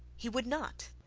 he would not.